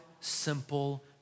simple